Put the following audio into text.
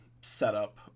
setup